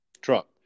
Trump